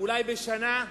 אולי בשנה?